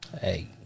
Hey